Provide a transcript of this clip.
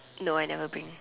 no I never bring